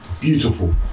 beautiful